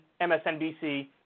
MSNBC